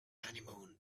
honeymoon